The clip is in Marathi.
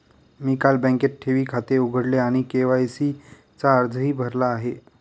मी काल बँकेत ठेवी खाते उघडले आणि के.वाय.सी चा अर्जही भरला आहे